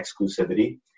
exclusivity